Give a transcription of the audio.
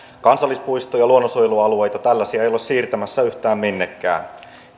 kansallispuistoja luonnonsuojelualueita tällaisia ei olla siirtämässä yhtään minnekään